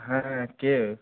হ্যাঁ কে